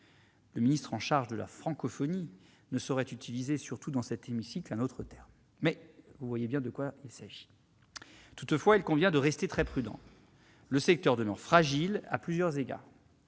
le ministre chargé de la francophonie ne saurait utiliser, surtout dans cet hémicycle, un autre terme, mais vous voyez bien de quoi il s'agit ! Toutefois, il convient de rester très prudents, le secteur demeurant fragile à plusieurs égards.